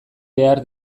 behar